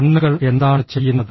കണ്ണുകൾ എന്താണ് ചെയ്യുന്നത്